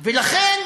לכן,